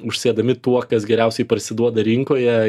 užsėdami tuo kas geriausiai parsiduoda rinkoje